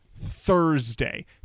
Thursday